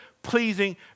pleasing